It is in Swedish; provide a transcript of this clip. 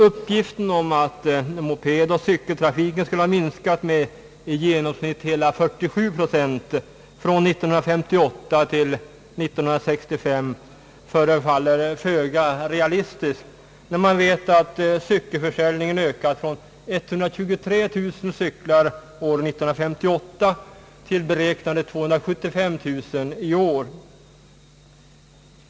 Uppgiften om att-:mopedoch cykeltrafiken skulle ha minskat med i genomsnitt hela 47 procent från 1958 till 1965 förefaller föga realistisk, när man vet att cykelförsäljningen ökat från 123 000 cyklar år 1958 till beräknade 275 000 i år.